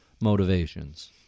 motivations